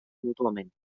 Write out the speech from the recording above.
mútuament